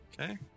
Okay